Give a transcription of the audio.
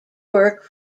work